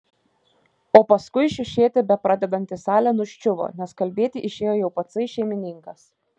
o paskui šiušėti bepradedanti salė nuščiuvo nes kalbėti išėjo jau patsai šeimininkas